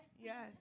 yes